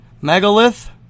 Megalith